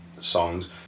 songs